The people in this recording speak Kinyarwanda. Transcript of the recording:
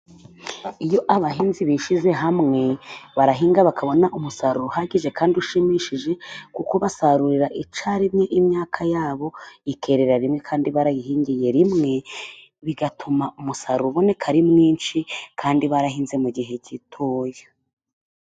Iyo abahinzi bishyize hamwe，barahinga bakabona umusaruro uhagije kandi ushimishije， kuko basarurira icyari rimwe， imyaka yabo ikererera rimwe， kandi barayihingiye rimwe， bigatuma umusaruro uboneka ari mwinshi， kandi barahinze mu gihe gitoya.